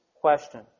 question